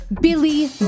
Billy